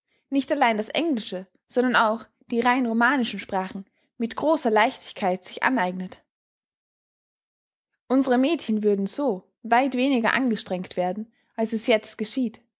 nicht allein das englische sondern auch die rein romanischen sprachen mit großer leichtigkeit sich aneignet unsere mädchen würden so weit weniger angestrengt werden als es jetzt geschieht